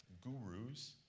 gurus